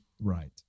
Right